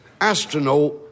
astronaut